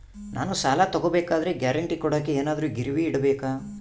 ನಾನು ಸಾಲ ತಗೋಬೇಕಾದರೆ ಗ್ಯಾರಂಟಿ ಕೊಡೋಕೆ ಏನಾದ್ರೂ ಗಿರಿವಿ ಇಡಬೇಕಾ?